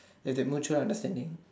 if it mutual understanding